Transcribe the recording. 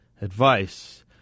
advice